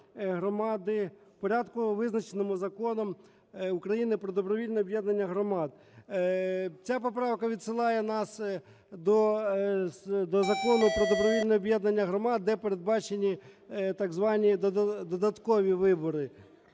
громади в порядку, визначеному Законом України "Про добровільне об'єднання громад". Ця поправка відсилає нас до Закону "Про добровільне об'єднання громад", де передбачені так звані додаткові вибори.